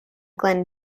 glen